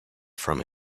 from